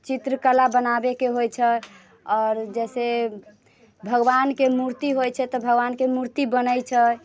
चित्रकला बनाबैके होइत छै आओर जैसे भगवानके मूर्ति होइत छै तऽ भगवानके मूर्ति बनैत छै